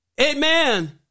Amen